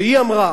והיא אמרה